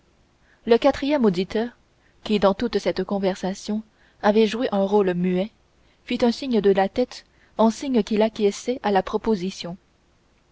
le quatrième auditeur qui dans toute cette conversation avait joué un rôle muet fit un signe de la tête en signe qu'il acquiesçait à la proposition